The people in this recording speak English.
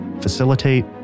facilitate